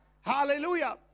hallelujah